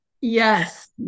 Yes